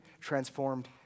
transformed